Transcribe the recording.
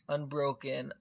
Unbroken